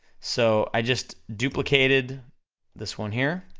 so i just duplicated this one here.